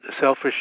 selfish